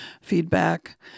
feedback